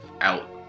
out